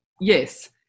yes